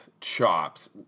chops